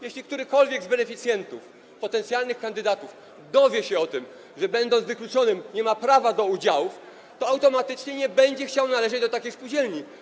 Jeśli którykolwiek z beneficjentów, potencjalnych kandydatów dowie się o tym, że będąc wykluczonym, nie ma prawa do udziałów, to automatycznie nie będzie chciał należeć do takiej spółdzielni.